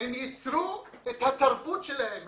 הם יצרו את התרבות שלהם.